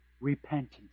repentance